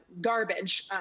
garbage